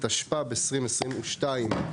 התשפ"ב-2022.